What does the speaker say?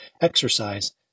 exercise